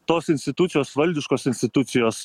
tos institucijos valdiškos institucijos